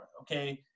okay